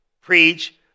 preach